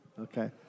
Okay